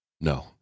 No